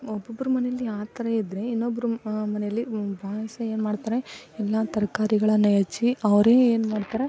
ಒಬ್ಬೊಬ್ರ ಮನೆಲಿ ಆ ಥರ ಇದ್ದರೆ ಇನ್ನೊಬ್ರು ಮನೇಲಿ ಬಾಯ್ಸ್ ಏನು ಮಾಡ್ತಾರೆ ಎಲ್ಲ ತರಕಾರಿಗಳನ್ನ ಹೆಚ್ಚಿ ಅವರೇ ಏನ್ಮಾಡ್ತಾರೆ